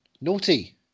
naughty